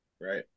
Right